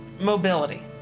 mobility